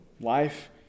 Life